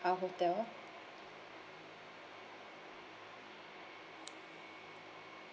our hotel